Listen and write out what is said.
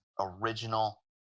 original